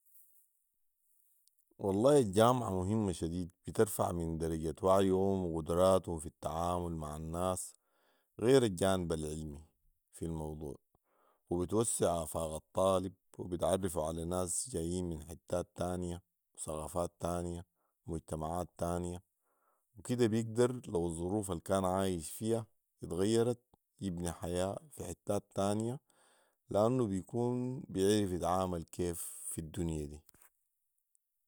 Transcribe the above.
والله الجامعة مهمه شديد بترفع من درجة وعيهم وقدراتهم في التعامل مع الناس غير الجانب العلمي في الموضوع وبتوسع افاق الطالب وبتعرفه علي ناس جايين من حتات تانيه وثقافات تانيه ومجتمعات تانيه وكده بيقدر لو الظروف الكان عايش فيها اتغيرت يبني حياه في حتات تانيه لانه بيكون بيعرف يتعامل كيف في الدنيا دي